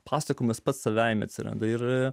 pasakojimas pats savaime atsiranda ir